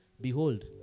behold